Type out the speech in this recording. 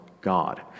God